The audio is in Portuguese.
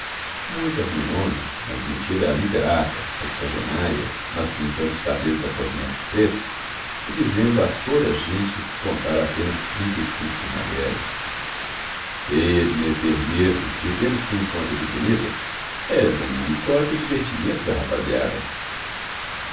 muito asneirona mas metida a literata sexagenária mas pintando os cabelos a cosmético preto e dizendo a toda a gente contar apenas trinta e cinco primaveras feia de meter medo e tendo-se em conta de bonita era d maricota o divertimento da rapaziada